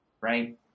right